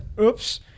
oops